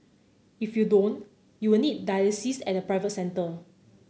if you don't you will need dialysis at a private centre